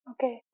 Okay